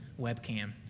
webcam